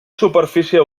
superfície